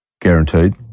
guaranteed